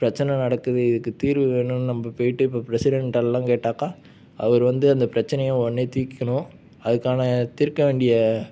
பிரச்சனை நடக்குது இதுக்கு தீர்வு வேணுன்னு நம்ம போயிட்டு ப்ரெஸிடென்ட்டெல்லாம் கேட்டாக்க அவர் வந்து அந்த பிரச்சனையை உடனே தீர்க்கணும் அதுக்கான தீர்க்க வேண்டிய